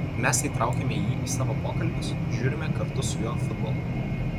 mes įtraukiame jį į savo pokalbius žiūrime kartu su juo futbolą